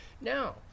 Now